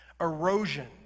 erosion